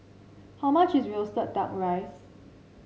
how much is roasted duck rice